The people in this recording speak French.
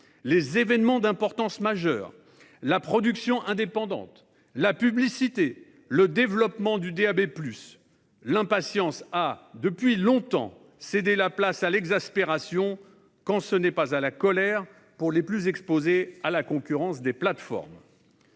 les événements d'importance majeure, la production indépendante, la publicité ou le développement du DAB+, l'impatience a depuis longtemps cédé la place à l'exaspération, quand ce n'est pas à la colère pour les plus exposés à la concurrence des plateformes.